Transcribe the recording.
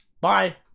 bye